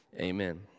Amen